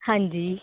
हांजी